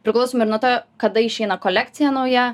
priklausomai ir nuo to kada išeina kolekcija nauja